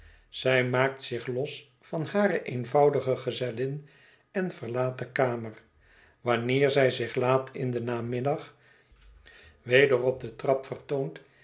zij maakt zich los van hare eenvoudige gezellin en verlaat de kamer wanneer zij zich laat in den namiddag weder op de trap vertoont